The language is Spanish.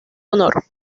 honor